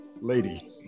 lady